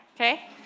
Okay